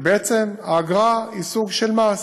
שבעצם האגרה היא סוג של מס.